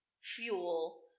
fuel